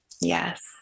yes